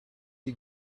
you